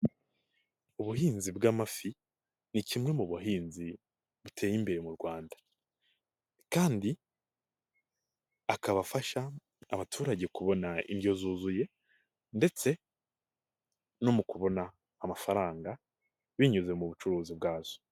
Ubuhinzi bw'amafi ni kimwe mu buhinzi buteye imbere mu Rwanda, kandi akaba afasha abaturage kubona indyo zuzuye ndetse no mu kubona amafaranga binyuze mu bucuruzi bwazo.